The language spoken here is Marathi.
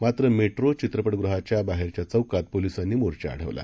मात्र मेट्रोचित्रपटगृहाच्याबाहेरच्याचौकातपोलिसांनीमोर्चाअडवला